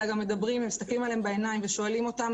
אלא גם מדברים ומסתכלים עליהם בעיניים ושואלים אותם